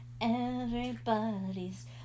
Everybody's